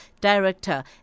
Director